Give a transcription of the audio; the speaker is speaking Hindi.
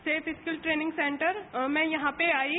सेल्फ स्किल ट्रेनिंग सेंटर में यहां पर आयी